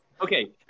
Okay